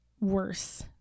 worse